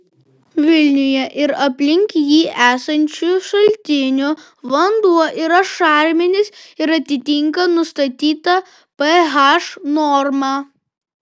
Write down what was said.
vilniuje ir aplink jį esančių šaltinių vanduo yra šarminis ir atitinka nustatytą ph normą